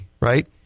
right